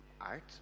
art